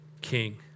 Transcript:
king